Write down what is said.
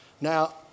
Now